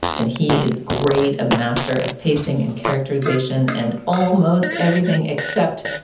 and he is great, a master of pacing and characterization and almost everything except